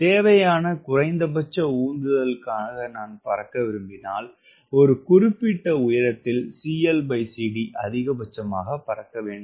தேவையான குறைந்தபட்ச உந்துதலுக்காக நான் பறக்க விரும்பினால் ஒரு குறிப்பிட்ட உயரத்தில் cl cd அதிகபட்சமாக பறக்க வேண்டும்